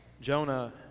Jonah